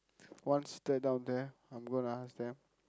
once they down there I'm going to ask them